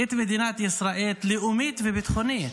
את מדינת ישראל לאומית וביטחונית.